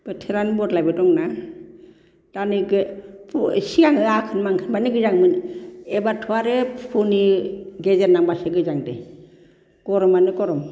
बोथोरानो बदलायबाय दं ना दा नै एसे आङो आघोन मानखोबानो गोजाङो एबारथ' आरो पुहनि गेजेरनांबासो गोजांदो गरमानो गरम